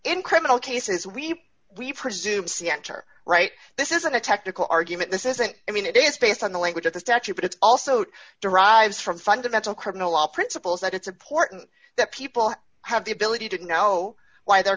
in criminal cases we we presume see enter right this isn't a technical argument this isn't i mean it is based on the language of the statute but it's also true derives from fundamental criminal law principles that it's important that people have the ability to know why the